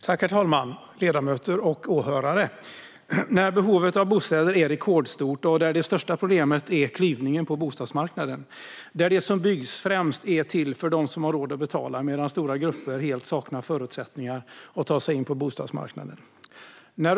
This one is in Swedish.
Herr talman, ledamöter och åhörare! Behovet av bostäder är rekordstort, och det största problemet är klyvningen på bostadsmarknaden. Det som byggs är främst till för dem som har råd att betala, medan stora grupper helt saknar förutsättningar att ta sig in på bostadsmarknaden.